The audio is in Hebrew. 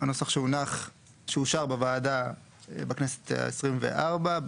בנוסח שאושר בוועדה הכנסת ה-24,